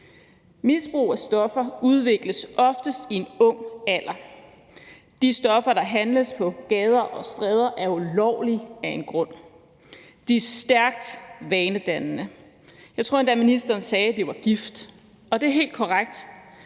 Misbrug af stoffer udvikles oftest i en ung alder. De stoffer, der handles på gader og stræder, er ulovlige af en grund. De er stærkt vanedannende. Jeg tror endda, ministeren sagde, at det var gift, og det er helt korrekt.